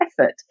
effort